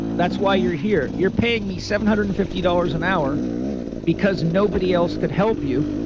that's why you're here. you're paying me seven hundred and fifty dollars an hour because nobody else could help you.